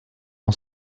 mon